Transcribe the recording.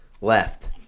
left